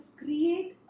create